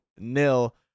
nil